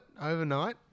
overnight